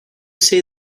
say